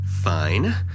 Fine